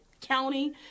county